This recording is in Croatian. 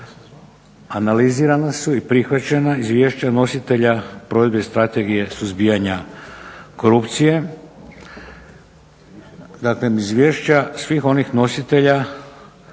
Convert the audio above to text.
analizirana su i prihvaćena izvješća nositelja provedbe Strategije suzbijanja korupcije, dakle izvješća svih onih nositelja